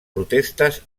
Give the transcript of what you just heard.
protestes